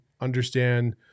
understand